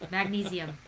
Magnesium